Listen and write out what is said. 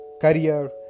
career